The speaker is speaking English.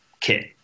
kit